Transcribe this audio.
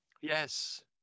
Yes